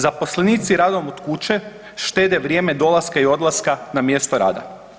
Zaposlenici radom od kuće štede vrijeme dolaska i odlaska na mjesto rada.